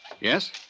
Yes